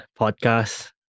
podcast